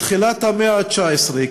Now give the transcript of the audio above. בתחילת המאה ה-21,